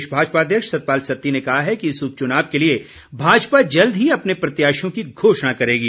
प्रदेश भाजपा अध्यक्ष सतपाल सत्ती ने कहा है कि इस उपचुनाव के लिए भाजपा जल्द ही अपने प्रत्याशियों की घोषणा करेगी